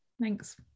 Thanks